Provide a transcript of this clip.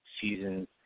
seasons